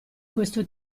questo